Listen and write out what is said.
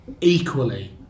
equally